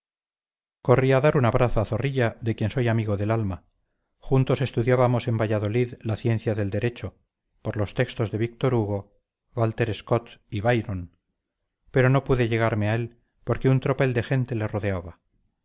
a dar un abrazo a zorrilla de quien soy amigo del alma juntos estudiábamos en valladolid la ciencia del derecho por los textos de víctor hugo walter scott y byron pero no pude llegarme a él porque un tropel de gente le rodeaba